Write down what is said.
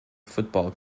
football